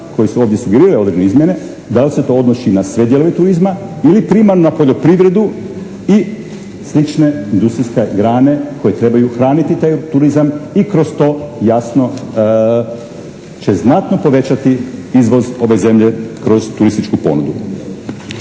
koji su ovdje sugerirali ove izmjene da li se to odnosi na sve dijelove turizma ili primarno na poljoprivredu i slične industrijske grane koje trebaju hraniti taj turizam i kroz to jasno će znatno povećati izvoz ove zemlje kroz turističku ponudu.